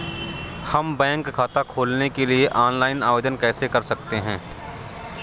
हम बैंक खाता खोलने के लिए ऑनलाइन आवेदन कैसे कर सकते हैं?